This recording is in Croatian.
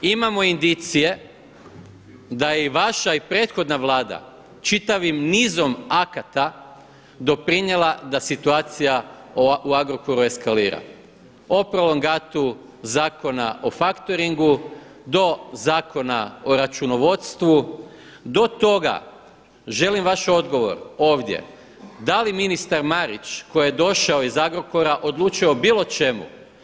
Imamo indicije da je i vaša i prethodna Vlada čitavim nizom akata doprinijela da situacija u Agrokoru eskalira, o prolongatu Zakona o faktoringu, do Zakona o računovodstvu do toga želim vaš odgovor ovdje da li ministar Marić koji je došao iz Agrokora odlučio o bilo čemu.